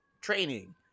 training